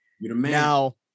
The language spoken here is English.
Now